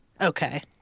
okay